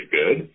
good